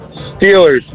Steelers